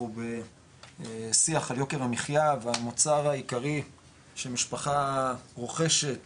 אנחנו בשיח על יוקר המחייה והמוצר העיקרי שמשפחה רוכשת